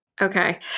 Okay